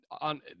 on